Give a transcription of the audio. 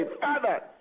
Father